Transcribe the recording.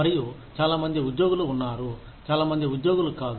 మరియు చాలామంది ఉద్యోగులు ఉన్నారు చాలా మంది ఉద్యోగులు కాదు